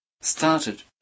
started